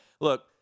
Look